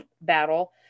battle